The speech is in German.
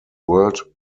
world